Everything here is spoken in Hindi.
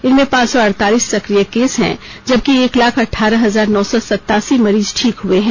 इनमें पाँच सौ अड़तालीस सक्रिय केस हैं जबकि एक लाख अठारह हजार नौ सौ सतासी मरीज ठीक हुए हैं